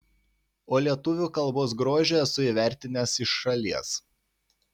o lietuvių kalbos grožį esu įvertinęs iš šalies